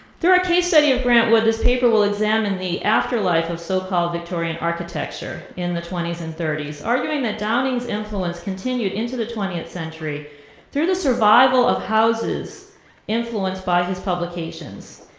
through a case study of grant wood, this paper will examine the afterlife of so-called victorian architecture in the twenty s and thirty s, arguing that downing's influence continued into the twentieth century through the survival of houses influenced by his publications.